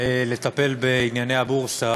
לטפל בענייני הבורסה,